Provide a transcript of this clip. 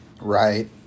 Right